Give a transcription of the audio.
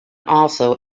also